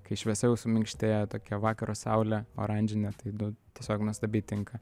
kai šviesa jau suminkštėja tokia vakaro saulė oranžinė tai nu tiesiog nuostabiai tinka